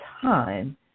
time